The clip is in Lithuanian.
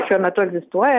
šiuo metu egzistuoja